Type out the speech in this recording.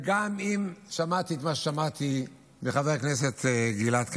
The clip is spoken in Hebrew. וגם אם שמעתי את מה ששמעתי מחבר הכנסת גלעד קריב,